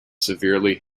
severely